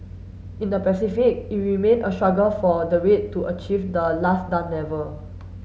in the Pacific it remained a struggle for the rate to achieve the last done level